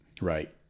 Right